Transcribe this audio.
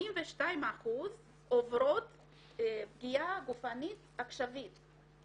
82% עוברות פגיעה גופנית עכשווית.